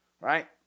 Right